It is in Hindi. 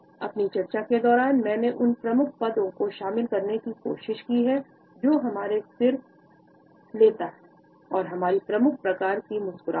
अपनी चर्चा के दौरान मैंने उन प्रमुख पदों को शामिल करने की कोशिश की है जो हमारा सिर लेता है और हमारी प्रमुख प्रकार की मुस्कुराहट